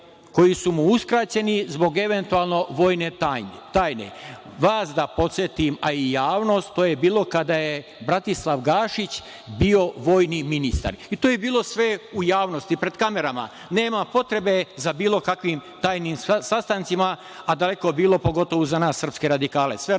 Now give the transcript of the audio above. koji su mu uskraćeni zbog eventualno vojne tajne. Vas da podsetim, a i javnost, to je bilo kada je Bratislav Gašić bio vojni ministar. To je bilo sve u javnosti, pred kamerama. Nema potrebe za bilo kakvim tajnim sastancima, a daleko bilo, pogotovo za nas srpske radikale. Sve radimo